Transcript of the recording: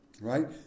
Right